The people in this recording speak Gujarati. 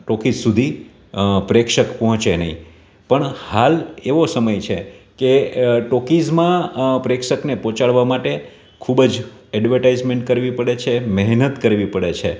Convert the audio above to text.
ટોકિસ સુધી પ્રેક્ષક પહોંચે નહીં પણ હાલ એવો સમય છે કે ટોકીઝમાં પ્રેક્ષકને પહોંચાડવાં માટે ખૂબ જ એડવર્ટાઈસમેન્ટ કરવી પડે છે મહેનત કરવી પડે છે